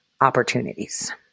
opportunities